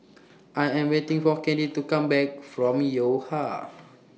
I Am waiting For Candy to Come Back from Yo Ha